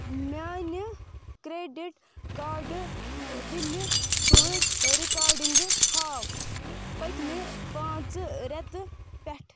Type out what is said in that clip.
میانہِ credit card بِلہِ ہٕنٛز رِکاڈِنٛگہٕ ہاو پٔتمہِ پانٛژٟ رٮ۪تہٕ پٮ۪ٹھٕ